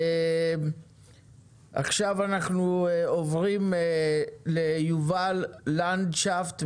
עכשיו אנחנו עוברים ליובל לנדשפט,